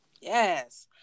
Yes